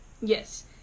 Yes